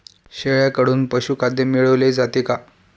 शेळ्यांकडून पशुखाद्य मिळवले जाते का?